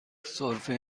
سرفه